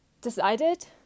decided